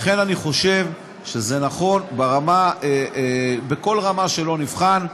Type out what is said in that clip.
לכן אני חושב שזה נכון בכל רמה שנבחן.